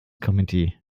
committee